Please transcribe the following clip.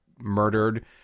murdered